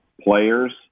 players